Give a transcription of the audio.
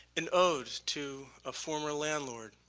an ode to a former landlord